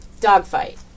dogfight